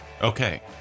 Okay